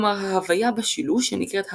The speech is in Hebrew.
כלומר ההוויה בשילוש שנקראת "הבן"